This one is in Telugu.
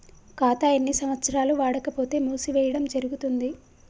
ఖాతా ఎన్ని సంవత్సరాలు వాడకపోతే మూసివేయడం జరుగుతుంది?